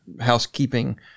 housekeeping